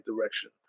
direction